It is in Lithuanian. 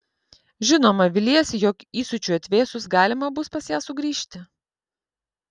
žinoma viliesi jog įsiūčiui atvėsus galima bus pas ją sugrįžti